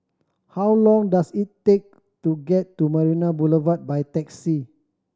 how long does it take to get to Marina Boulevard by taxi